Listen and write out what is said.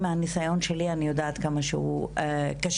מהניסיון שלי אני יודעת כמה שהוא קשה.